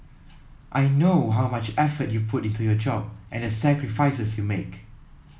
I know how much effort you put into your job and the sacrifices you make